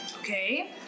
Okay